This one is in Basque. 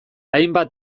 hainbat